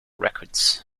records